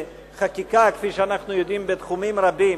כפי שאנחנו יודעים בתחומים רבים,